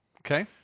Okay